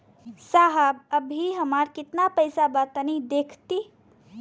साहब अबहीं हमार कितना पइसा बा तनि देखति?